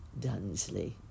Dunsley